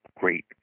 great